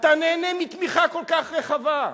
אתה נהנה מתמיכה כל כך רחבה.